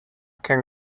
can